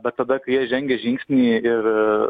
bet tada kai jie žengė žingsnį ir